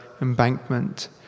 embankment